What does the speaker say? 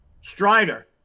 Strider